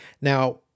Now